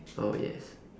oh yes